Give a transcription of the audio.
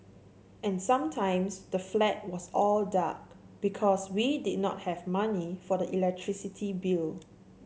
and sometimes the flat was all dark because we did not have money for the electricity bill